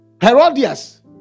herodias